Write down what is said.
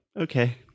okay